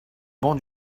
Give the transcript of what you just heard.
bancs